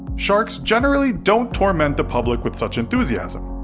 sharks generally don't torment the public with such enthusiasm.